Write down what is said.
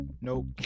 nope